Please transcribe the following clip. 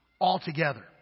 altogether